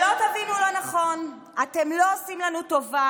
שלא תבינו לא נכון, אתם לא עושים לנו טובה.